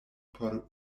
por